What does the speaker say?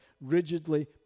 rigidly